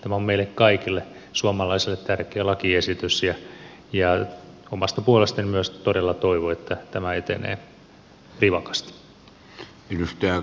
tämä on meille kaikille suomalaisille tärkeä lakiesitys ja omasta puolestani myös todella toivon että tämä etenee rivakasti